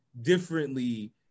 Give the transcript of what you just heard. differently